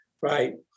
right